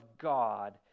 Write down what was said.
God